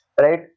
right